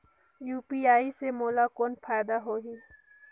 UPI से मोला कौन फायदा होही?